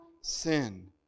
sin